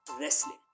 wrestling